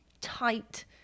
tight